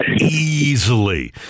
easily